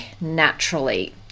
naturally